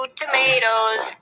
tomatoes